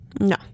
No